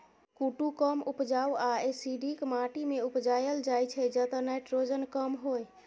कुट्टू कम उपजाऊ आ एसिडिक माटि मे उपजाएल जाइ छै जतय नाइट्रोजन कम होइ